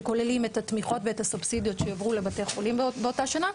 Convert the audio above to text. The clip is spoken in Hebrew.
שכוללים את התמיכות והסובסידיות שהועברו לבתי החולים באותה השנה,